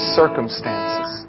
circumstances